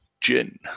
gin